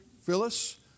Phyllis